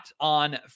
on